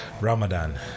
Ramadan